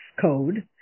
code